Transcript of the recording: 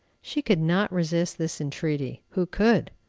she could not resist this entreaty who could?